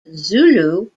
zulu